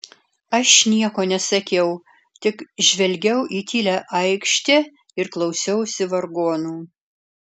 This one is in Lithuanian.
aš nieko nesakiau tik žvelgiau į tylią aikštę ir klausiausi vargonų